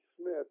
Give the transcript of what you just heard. Smith